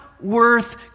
Worth